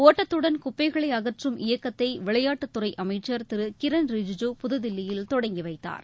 ஒட்டத்துடன் குப்பைகளை அற்றும் இயக்கத்தை விளையாட்டுத்துறை அமைச்சர் திரு கிரண் ரிஜிஜு புதுதில்லியில் தொடங்கிவைத்தார்